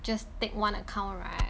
just take one account right